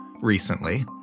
recently